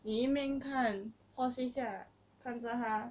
你一面看 pause 一下看着他